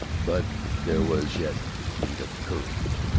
but there was yet need of courage.